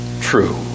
true